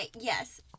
yes